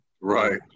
Right